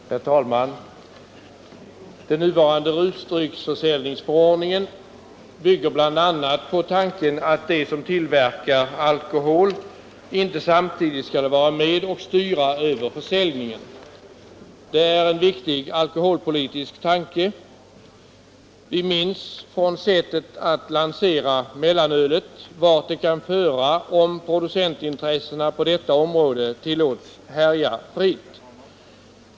Vinoch Spritcen Herr talman! Den nuvarande rusdrycksförsäljningsförordningen bygger — tralens styrelse bl.a. på tanken att de som tillverkar alkohol inte samtidigt skall vara med och styra över försäljningen. Det är en viktig alkoholpolitisk tanke. Vi minns från sättet att lansera mellanölet vart det kan föra om producentintressena på detta område tillåts härja fritt.